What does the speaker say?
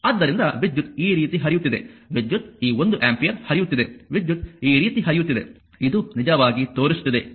ಆದ್ದರಿಂದ ವಿದ್ಯುತ್ ಈ ರೀತಿ ಹರಿಯುತ್ತಿದೆ ವಿದ್ಯುತ್ ಈ ಒಂದು ಆಂಪಿಯರ್ ಹರಿಯುತ್ತಿದೆ ವಿದ್ಯುತ್ ಈ ರೀತಿ ಹರಿಯುತ್ತಿದೆ ಇದು ನಿಜವಾಗಿ ತೋರಿಸುತ್ತಿದೆ ಇದು i